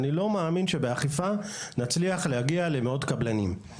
אני לא מאמין שבאכיפה נצליח להגיע למאות קבלנים.